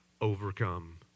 overcome